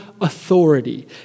authority